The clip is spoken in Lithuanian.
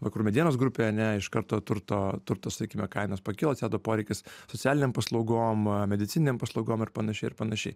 vakarų medienos grupė ane iš karto turto turto sakykime kainos pakilo atsirado poreikis socialinėm paslaugom medicininėm paslaugom ir panašiai ir panašiai